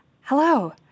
Hello